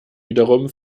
wiederum